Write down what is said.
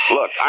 Look